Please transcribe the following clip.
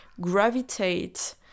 gravitate